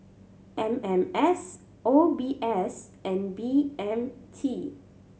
M M S O B S and B M T